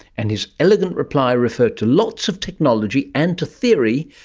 and his elegant reply referred to lots of technology and to theory,